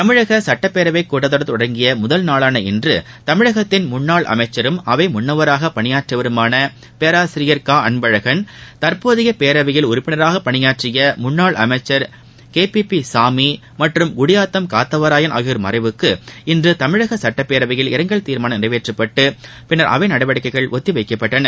தமிழக சுட்டப்பேரவைக் கூட்டத்தொடர் தொடங்கிய முதல் நாளான இன்று தமிழகத்தின் முன்னாள் அமைச்சரும் அவை முன்னவராக பணியாற்றியவருமான பேராசிரியர் க அன்பழகன் தற்போதைய பேரவையில் உறுப்பினராக பணியாற்றிய முன்னாள் அமைச்சாகே பி பி சாமி மற்றும் குடியாத்தம் காத்தவராயன் ஆகியோா் மறைவுக்கு இன்று தமிழக சட்டப்பேரவையில் இரங்கல் தீர்மானம் நிறைவேற்றப்பட்டு பின்னர் அவை நடவடிக்கைகள் ஒத்தி வைக்கப்பட்டன